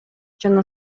жана